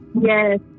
yes